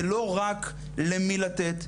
זה לא רק למי לתת,